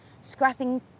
scrapping